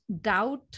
doubt